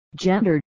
gender